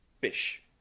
fish